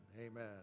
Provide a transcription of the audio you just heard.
Amen